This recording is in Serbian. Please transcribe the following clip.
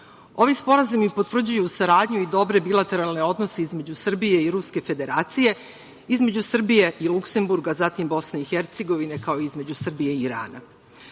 Ovi sporazumi potvrđuju saradnju i dobre bilateralne odnose između Srbije i Ruske Federacije, između Srbije i Luksenburga, zatim, Bosne i Hercegovine, kao između Srbije i